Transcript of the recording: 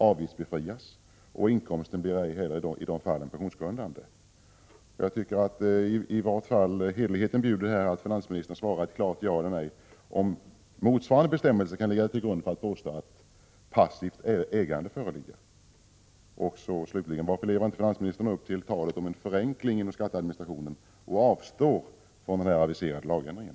avgiftsbefrias, och inkomsten blir i det fallet ej heller pensionsgrundande. Hederligheten bjuder att finansministern svarar ett klart ja eller nej på fråga om motsvarande bestämmelse kan ligga till grund för att påstå att passivt ägande föreligger. Varför lever inte finansministern upp till talet om en förenkling inom skatteadministrationen och avstår från den aviserade lagändringen?